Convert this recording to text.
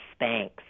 Spanx